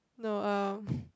no uh